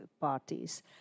parties